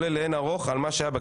גם זז זכותה של האופוזיציה.